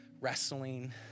wrestling